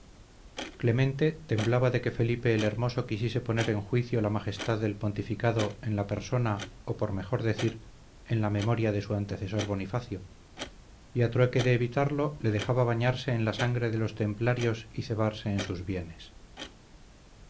clemente temblaba de que felipe el hermoso quisiese poner en juicio la majestad del pontificado en la persona o por mejor decir en la memoria de su antecesor bonifacio y a trueque de evitarlo le dejaba bañarse en la sangre de los templarios y cebarse en sus bienes